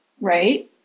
right